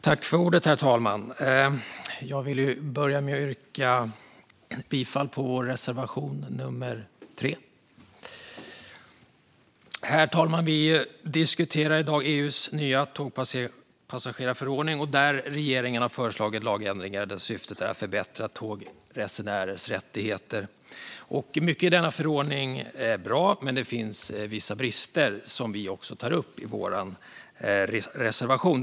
Herr talman! Jag vill börja med att yrka bifall till reservation nummer 3. Herr talman! Vi diskuterar i dag EU:s nya tågpassagerarförordning. Regeringen har föreslagit lagändringar, och syftet är att förbättra tågresenärers rättigheter. Mycket i denna förordning är bra, men det finns vissa brister som vi tar upp i vår reservation.